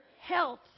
health